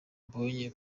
mbonye